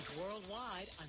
worldwide